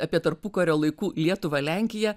apie tarpukario laikų lietuvą lenkiją